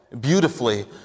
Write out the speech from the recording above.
beautifully